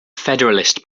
federalist